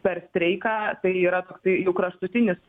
per streiką tai yra toksai jau kraštutinis